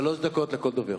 שלוש דקות לכל דובר.